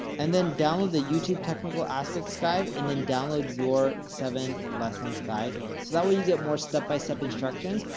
and then download the youtube technical aspects guide, and then download your seven lessons guide, so that way you get more step by step instructions,